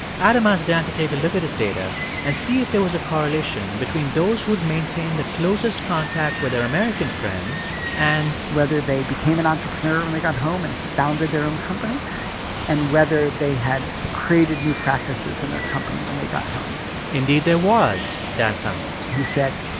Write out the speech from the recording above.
adam asked dan to take a look at his data and see if there was a correlation between those who would maintained the closest contact with their american friends and. whether they became an entrepreneur when they got home and founded their own company and whether they had created new practices in their company when they got home indeed, there was, dan found he said,